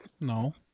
No